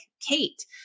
Kate